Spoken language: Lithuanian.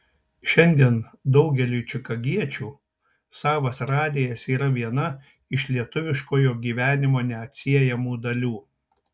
šiandien daugeliui čikagiečių savas radijas yra viena iš lietuviškojo gyvenimo neatsiejamų dalių